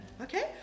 Okay